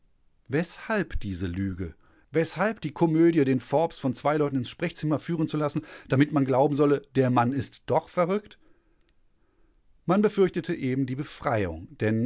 weshalb diese lüge weshalb die komödie den forbes von zwei leuten ins sprechzimmer führen zu lassen damit man glauben solle der mann ist doch verrückt man befürchtete eben die befreiung denn